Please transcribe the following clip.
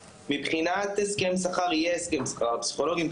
מבחינת הסכם שכר יהיה הסכם שכר לפסיכולוגים,